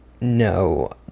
No